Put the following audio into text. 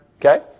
Okay